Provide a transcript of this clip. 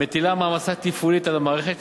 מטילה מעמסה תפעולית על המערכת,